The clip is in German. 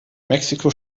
mexiko